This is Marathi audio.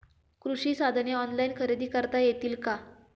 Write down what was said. कृषी साधने ऑनलाइन खरेदी करता येतील का?